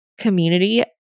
community